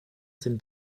sind